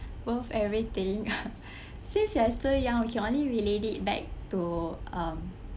worth everything since we are still young we can only relate it back to um